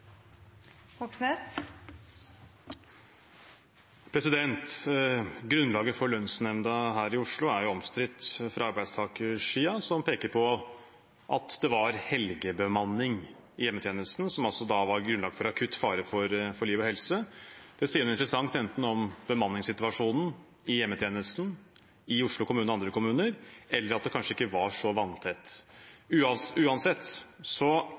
omstridt fra arbeidstakersiden, som peker på at det var helgebemanning i hjemmetjenesten som var grunnlaget for akutt fare for liv og helse. Det sier noe interessant – enten om bemanningssituasjonen i hjemmetjenesten i Oslo kommune og andre kommuner eller om at det kanskje ikke var så vanntett. Uansett